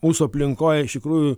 mūsų aplinkoj iš tikrųjų